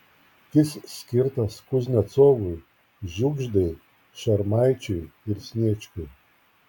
jis skirtas kuznecovui žiugždai šarmaičiui ir sniečkui